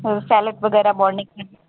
ਔਰ ਸੈਲਡ ਵਗੈਰਾ ਮਾਰਨਿੰਗ 'ਚ